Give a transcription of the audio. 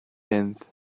tenth